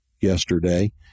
yesterday